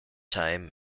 time